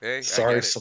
sorry